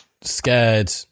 scared